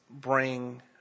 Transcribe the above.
bring